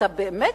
אתה באמת,